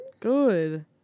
Good